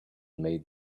made